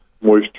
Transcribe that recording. moisture